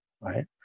right